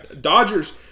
Dodgers